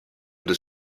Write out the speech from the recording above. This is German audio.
des